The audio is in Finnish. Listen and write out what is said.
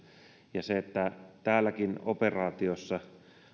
ja se että täälläkin operaatiossa